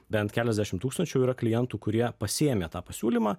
bent keliasdešim tūkstančių yra klientų kurie pasiėmė tą pasiūlymą